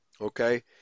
Okay